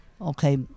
okay